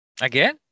Again